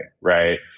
right